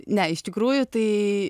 ne iš tikrųjų tai